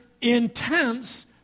intense